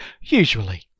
usually